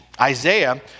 Isaiah